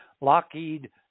Lockheed